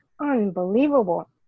unbelievable